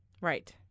Right